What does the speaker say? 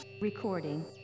Recording